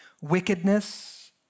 wickedness